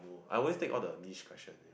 I always take all the niche questions